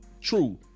True